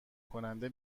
کننده